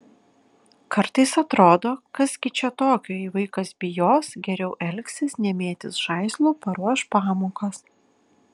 kartais atrodo kas gi čia tokio jei vaikas bijos geriau elgsis nemėtys žaislų paruoš pamokas